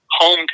hometown